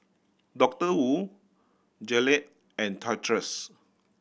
Doctor Wu Gillette and Toy Us